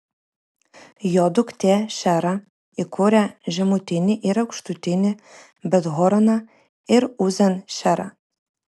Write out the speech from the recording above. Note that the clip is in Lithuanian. jo duktė šeera įkūrė žemutinį ir aukštutinį bet horoną ir uzen šeerą